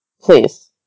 Please